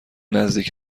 نزدیک